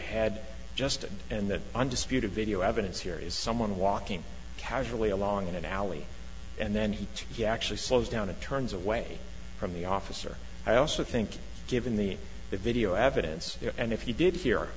head justin and the undisputed video evidence here is someone walking casually along in an alley and then he to get actually slows down and turns away from the officer i also think given the the video evidence and if he did hear